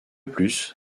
plus